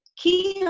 key